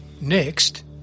Next